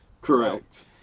Correct